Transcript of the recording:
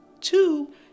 Two